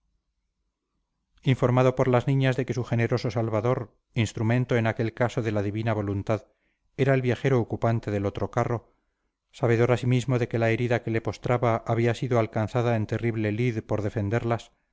mundo informado por las niñas de que su generoso salvador instrumento en aquel caso de la divina voluntad era el viajero ocupante del otro carro sabedor asimismo de que la herida que le postraba había sido alcanzada en terrible lid por defenderlas